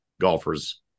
golfers